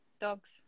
Dogs